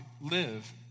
live